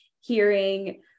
hearing